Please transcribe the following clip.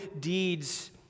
deeds